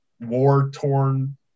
war-torn